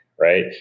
right